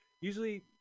Usually